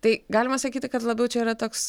tai galima sakyti kad labiau čia yra toks